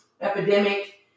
epidemic